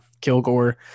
Kilgore